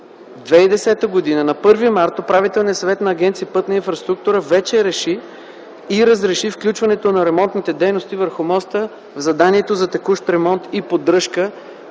след съобщението) Управителният съвет на Агенция „Пътна инфраструктура” вече реши и разреши включването на ремонтните дейности върху моста в заданието за текущ ремонт и поддръжка